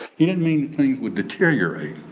he didn't mean things would deteriorate,